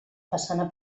façana